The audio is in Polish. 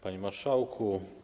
Panie Marszałku!